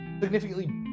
significantly